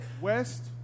west